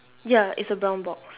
ya it's a brown box